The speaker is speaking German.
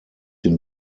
den